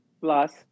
Plus